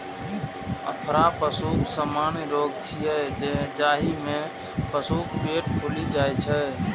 अफरा पशुक सामान्य रोग छियै, जाहि मे पशुक पेट फूलि जाइ छै